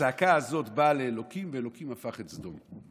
הצעקה הזאת באה לאלוקים, ואלוקים הפך את סדום.